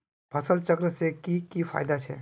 फसल चक्र से की की फायदा छे?